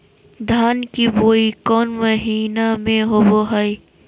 धान की बोई कौन महीना में होबो हाय?